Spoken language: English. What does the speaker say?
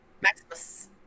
Maximus